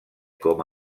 com